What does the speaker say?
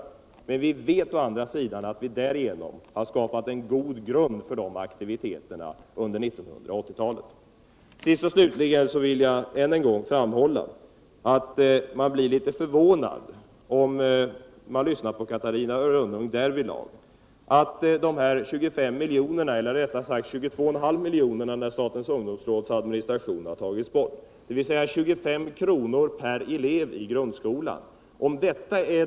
Men vi vet äå andra sidan att vi därigenom har skapat en god grund för de aktiviteterna under 1980-talet. Sist och slutligen vill jag än en gång framhålla att man blir litet förvånad när man hör Catarina Rönnung säga att organisationernas allmänna fritidsverksamhet står och faller med de här 25 miljonerna, eller rättare sagt de 22,5 miljoner som blir över när statens ungdomsråds administration har tagits bort. dvs. 25 kr. per elev i grundskolan.